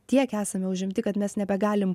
tiek esame užimti kad mes nebegalim